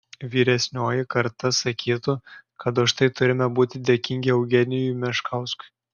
vyresnioji karta sakytų kad už tai turime būti dėkingi eugenijui meškauskui